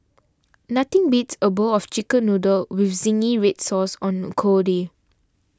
nothing beats a bowl of Chicken Noodles with Zingy Red Sauce on a cold day